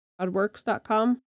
oddworks.com